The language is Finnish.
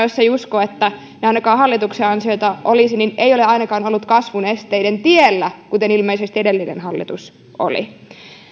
jos ei usko että ne ainakaan hallituksen ansiota olisivat mutta hallitus ei ole ainakaan ollut kasvun esteiden tiellä kuten ilmeisesti edellinen hallitus oli